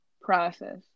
process